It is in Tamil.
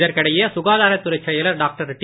இதற்கிடையே காதாரத்துறை செயலர் டாக்டர் டி